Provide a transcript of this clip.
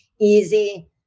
Easy